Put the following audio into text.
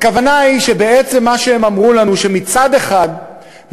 הכוונה היא שבעצם מה שהם אמרו לנו הוא שמצד אחד מדינת